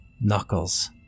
Knuckles